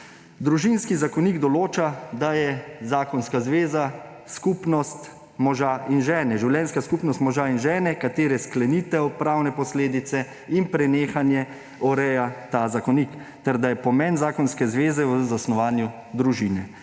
Družinski zakonik določa, da je zakonska zveza življenjska skupnost moža in žene, katere sklenitev, pravne posledice in prenehanje ureja ta zakonik; ter da je pomen zakonske zveze v zasnovanju družine.